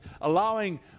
allowing